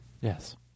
Yes